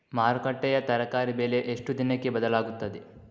ಮಾರುಕಟ್ಟೆಯ ತರಕಾರಿ ಬೆಲೆ ಎಷ್ಟು ದಿನಕ್ಕೆ ಬದಲಾಗುತ್ತದೆ?